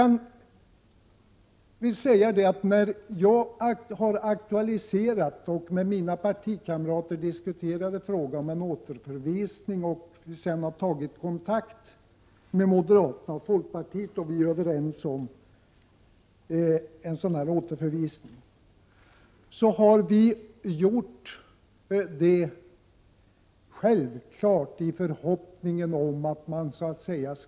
När jag aktualiserade och med mina partikamrater diskuterade frågan om återförvisning av ärendet och vi sedan tog kontakt med moderater och folkpartister och kom överens om en återförvisning, var det med den självklara förhoppningen att majoriteten skulle ta sitt förnuft till fånga och = Prot.